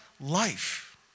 life